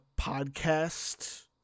podcast